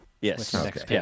Yes